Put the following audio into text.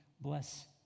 bless